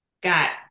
got